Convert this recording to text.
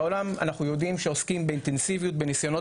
בעולם אנחנו יודעים שעוסקים באינטנסיביות בניסיונות